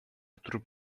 który